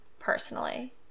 Personally